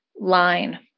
line